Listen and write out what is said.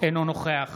אינו נוכח